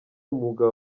umwuga